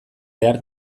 behar